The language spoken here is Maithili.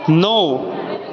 नओ